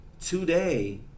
Today